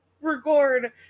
record